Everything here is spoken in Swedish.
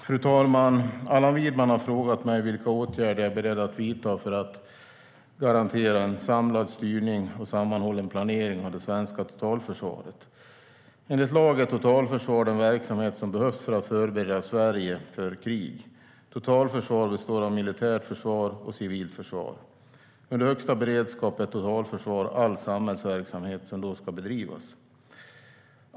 Fru talman! Allan Widman har frågat mig vilka åtgärder jag är beredd att vidta för att garantera en samlad styrning och sammanhållen planering av det svenska totalförsvaret. Enligt lag är totalförsvar den verksamhet som behövs för att förbereda Sverige för krig. Totalförsvar består av militärt försvar och civilt försvar. Under högsta beredskap är totalförsvar all samhällsverksamhet som då ska bedrivas.